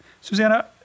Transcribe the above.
Susanna